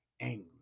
angry